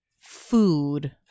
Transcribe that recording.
food